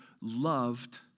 loved